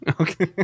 Okay